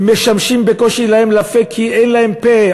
משמשים להם בקושי לפה, כי אין להם פה.